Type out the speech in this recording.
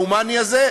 ההומני הזה,